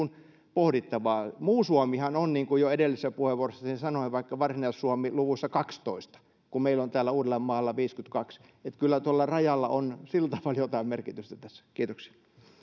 pohdittavaa muu suomihan on niin kuin jo edellisessä puheenvuorossani sanoin vaikka varsinais suomi on luvussa kaksitoista kun meillä on täällä uudellamaalla viisikymmentäkaksi eli kyllä tuolla rajalla on sillä tavalla jotain merkitystä tässä kiitoksia